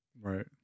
Right